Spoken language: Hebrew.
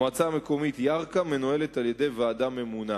המועצה המקומית ירכא מנוהלת על-ידי ועדה ממונה.